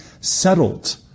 settled